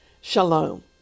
Shalom